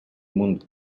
mundo